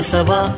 Sava